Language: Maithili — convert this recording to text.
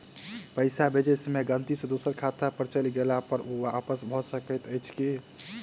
पैसा भेजय समय गलती सँ दोसर खाता पर चलि गेला पर ओ पैसा वापस भऽ सकैत अछि की?